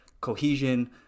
cohesion